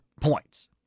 points